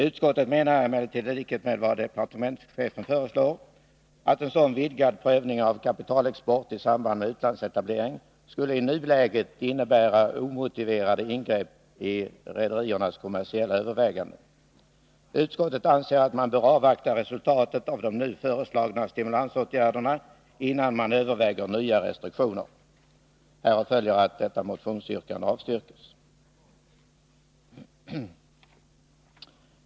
Utskottet menar i likhet med vad departementschefen föreslår att en sådan vidgad prövning av kapitalexport i samband med utlandsetablering skulle i nuläget innebära omotiverade ingrepp i rederiernas kommersiella överväganden. Utskottet anser att man bör avvakta resultatet av de nu föreslagna stimulansåtgärderna, innan man överväger nya restriktioner. Härav följer att motionsyrkandet avstyrks.